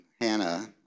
Hannah